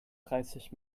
dreißig